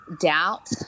doubt